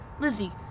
Lizzie